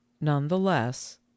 Nonetheless